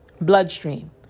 bloodstream